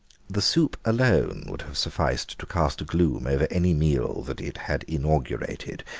the soup alone would have sufficed to cast a gloom over any meal that it had inaugurated,